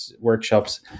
workshops